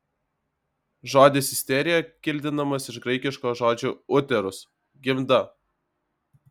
žodis isterija kildinamas iš graikiško žodžio uterus gimda